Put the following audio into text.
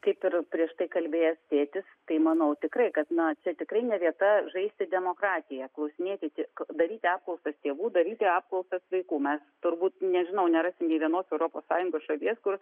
kaip ir prieš tai kalbėjęs tėtis tai manau tikrai kad na čia tikrai ne vieta žaisti demokratiją klausinėti tė daryti apklausas tėvų daryti apklausas vaikų mes turbūt nežinau nerasim nė vienos europos sąjungos šalies kur